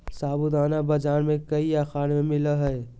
साबूदाना बाजार में कई आकार में मिला हइ